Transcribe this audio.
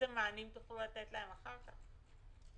מענים תוכלו לתת להם אחר כך?